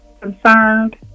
concerned